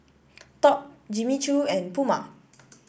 Top Jimmy Choo and Puma